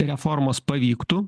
reformos pavyktų